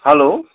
hello